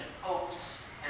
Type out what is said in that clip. popes